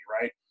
right